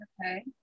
Okay